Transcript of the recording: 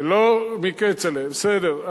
לא מכצל'ה, בסדר.